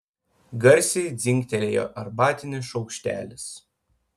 garsiai dzingtelėjo arbatinis šaukštelis